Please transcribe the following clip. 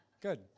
Good